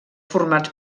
formats